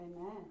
Amen